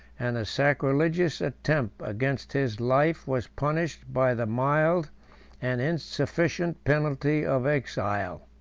and the sacrilegious attempt against his life was punished by the mild and insufficient penalty of exile.